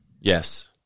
Yes